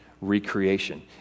recreation